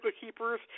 Keepers